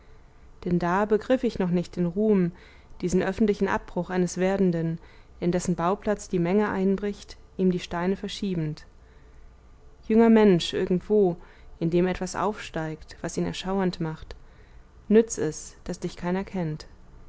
denn da begriff ich noch nicht den ruhm diesen öffentlichen abbruch eines werdenden in dessen bauplatz die menge einbricht ihm die steine verschiebend junger mensch irgendwo in dem etwas aufsteigt was ihn erschauern macht nütz es daß dich keiner kennt